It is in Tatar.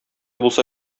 булса